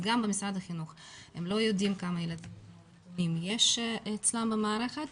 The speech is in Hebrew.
גם במשרד החינוך הם לא יודעים כמה ילדים יש אצלם במערכת.